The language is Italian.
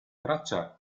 traccia